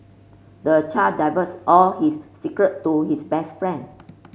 the child divulged all his secret to his best friend